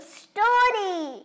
story